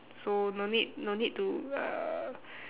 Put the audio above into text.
so no need no need to uh